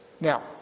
Now